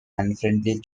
unfriendly